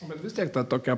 bet vis tiek tą tokią